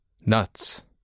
Nuts